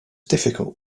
difficult